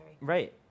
Right